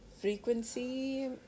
frequency